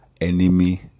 enemy